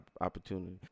opportunity